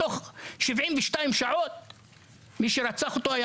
תוך 72 מי שרצח אותו כבר היה